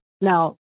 Now